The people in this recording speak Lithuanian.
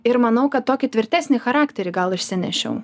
ir manau kad tokį tvirtesnį charakterį gal išsinešiau